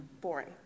Boring